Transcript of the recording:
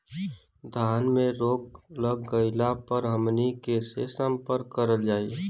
धान में रोग लग गईला पर हमनी के से संपर्क कईल जाई?